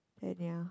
then ya